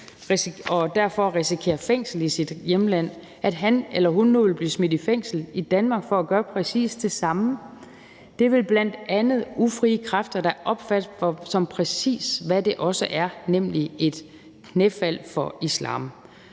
og derfor risikerer fængsel i sit hjemland, nu vil blive smidt i fængsel i Danmark for at gøre præcis det samme. Det vil bl.a. ufrie kræfter da opfatte som det, det præcis også er, nemlig et knæfald for islam.